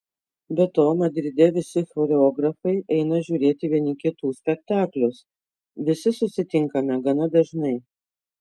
be to madride visi choreografai eina žiūrėti vieni kitų spektaklius visi susitinkame gana dažnai